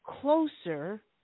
closer